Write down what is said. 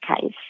case